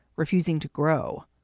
refusing to grow.